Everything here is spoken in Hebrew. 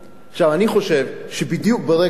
אני חושב שבדיוק ברגע הזה,